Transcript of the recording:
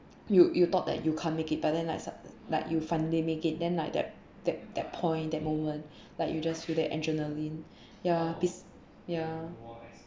you you thought that you can't make it but then like sud~ like you finally make it then like that that that point that moment like you just feel the adrenaline ya beats ya